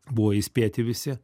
buvo įspėti visi